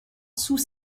sous